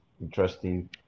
interesting